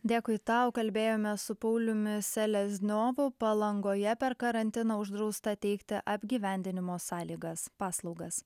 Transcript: dėkui tau kalbėjome su pauliumi selezniovu palangoje per karantiną uždrausta teikti apgyvendinimo sąlygas paslaugas